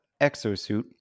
exosuit